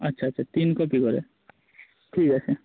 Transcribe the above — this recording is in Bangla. আচ্ছা আচ্ছা তিন কপি করে ঠিক আছে